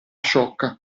sciocca